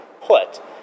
put